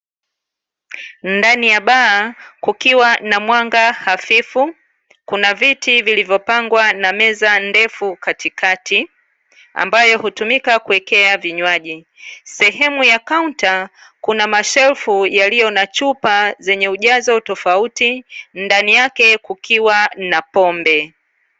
Ndani ya baa kukiwa na mwanga hafifu, kuna viti vilivyopangwa na meza ndefu katikati, ambayo hutumika kuwekea vinywaji, sehemu ya kaunta kuna mashelfu yaliyo na chupa zenye ujazo tofauti, ndani yake kukiwa na pombe.